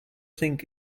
think